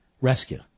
rescue